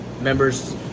members